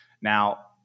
Now